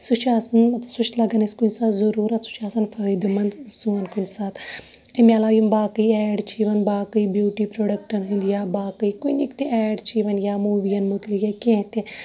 سُہ چھِ آسان مطلب سُہ چھُ لَگَان اَسہِ کُنہ ساتہٕ صروٗرَت سُہ چھُ آسان فٲیدٕ مَند سون کُنہِ ساتہٕ اَمہِ علاوٕ یِم باقٕے ایڈ چھِ یِوان باقٕے بیوٗٹی پروڈکٹَن ہٕندۍ یا باقٕے کُنِک تہِ ایڈ چھِ یِوان یا موٗوییَن مُتلِق یا کیٚنٛہہ تہِ